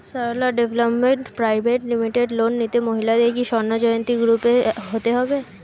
Sarala development private limited loan নিতে মহিলাদের কি স্বর্ণ জয়ন্তী গ্রুপে হতে হবে?